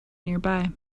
nearby